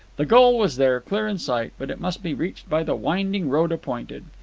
the goal was there, clear in sight, but it must be reached by the winding road appointed.